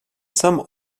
some